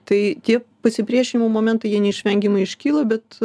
tai tie pasipriešinimo momentai jie neišvengiamai iškyla bet